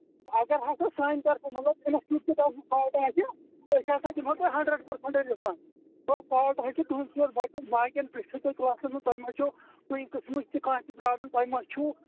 اگر ہَسا سانہِ طرفہٕ مطلَب اِنَسٹِٹیوٗچہِ طرفہٕ فٲیِدٕ آسہِ أسۍ ہَسا دِمو تۄہہِ ہَنٛڈرنڈ پٕرسَنٛٹ رِفَنٛڈ گوٚو تانۍ ہیکِو تُہۍ تُہُنٛدۍ سٕے یوت بَچَس باقیَن پِرٛیژِو تُہۍ کُنہِ قٕسمٕچ تہِ کانٛہہ تہِ پرٛابلِم کینٛہہ ما چھو